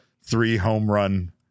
three-home-run